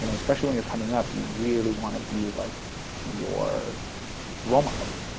you know especially when you're coming up, you really want to be like your role models.